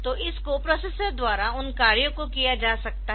तो इस कोप्रोसेसर द्वारा उन कार्यों को किया जा सकता है